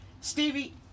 Stevie